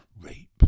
rape